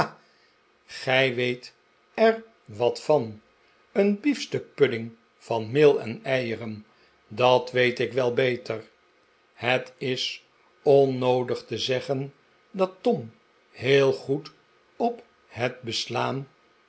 gij weet er wat van een biefstuk pudding van meel en eieren dat weet ik'wel beter het is onnoodig te zeggen dat tom heel goed op het beslaan